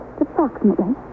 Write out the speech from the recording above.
approximately